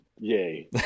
Yay